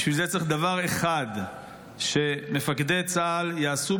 בשביל זה צריך דבר אחד שמפקדי צה"ל יעשו,